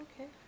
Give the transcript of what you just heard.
okay